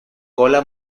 cola